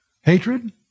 hatred